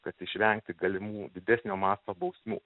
kad išvengti galimų didesnio masto bausmių